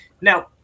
Now